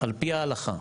על פי ההלכה,